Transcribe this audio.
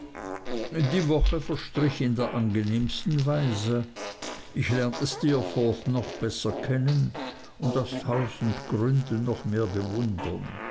die woche verstrich in der angenehmsten weise ich lernte steerforth noch besser kennen und aus tausend gründen noch mehr bewundern